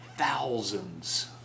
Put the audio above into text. thousands